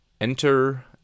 Enter